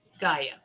Gaia